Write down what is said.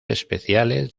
especiales